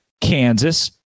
Kansas